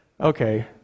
Okay